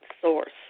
source